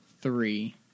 three